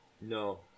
No